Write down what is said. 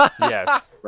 Yes